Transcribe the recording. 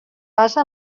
basa